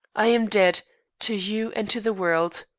i am dead to you and to the world.